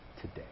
today